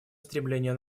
стремления